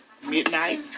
midnight